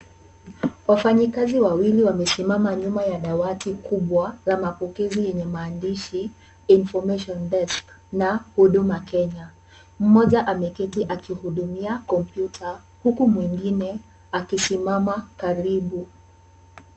Wafanyikazi wawili wamesimama nyuma ya dawati kubwa ya mapokezi yenye maandishi information desk na huduma Kenya. Mmoja ameketi akihudumia kompyuta huku mwingine akisimama karibu.